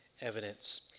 evidence